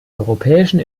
europäischen